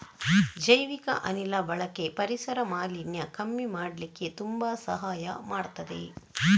ಜೈವಿಕ ಅನಿಲ ಬಳಕೆ ಪರಿಸರ ಮಾಲಿನ್ಯ ಕಮ್ಮಿ ಮಾಡ್ಲಿಕ್ಕೆ ತುಂಬಾ ಸಹಾಯ ಮಾಡ್ತದೆ